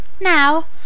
Now